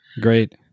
Great